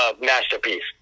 Masterpiece